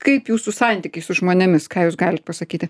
kaip jūsų santykiai su žmonėmis ką jūs galit pasakyti